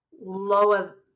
lower